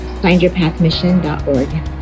findyourpathmission.org